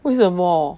为什么